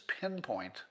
pinpoint